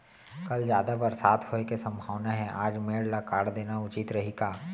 कल जादा बरसात होये के सम्भावना हे, आज मेड़ ल काट देना उचित रही का?